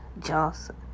Johnson